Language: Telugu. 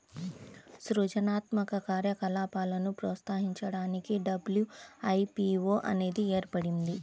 సృజనాత్మక కార్యకలాపాలను ప్రోత్సహించడానికి డబ్ల్యూ.ఐ.పీ.వో అనేది ఏర్పడింది